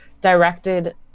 directed